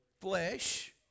flesh